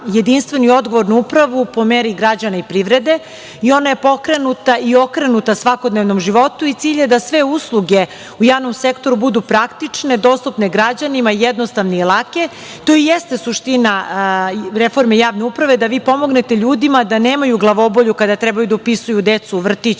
jedinstvenu i odgovornu upravu, po meri građana i privrede i ona je pokrenuta i okrenuta svakodnevnom životu i cilj je da sve usluge u javnom sektoru budu praktične, dostupne građanima, jednostavne i lake. To i jeste suština reforme javne uprave, da vi pomognete ljudima da nemaju glavobolju kada treba da upisuju decu u vrtić